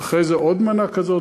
ואחרי זה עוד מנה כזאת.